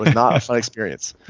not a fun experience.